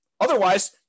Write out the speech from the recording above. Otherwise